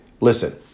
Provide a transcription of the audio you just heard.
Listen